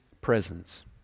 presence